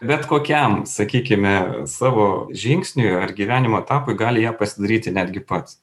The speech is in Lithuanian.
bet kokiam sakykime savo žingsniui ar gyvenimo etapui gali ją pasidaryti netgi pats